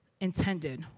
intended